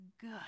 good